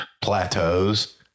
plateaus